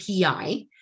PI